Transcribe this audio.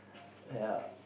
ya